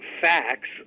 facts